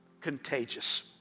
contagious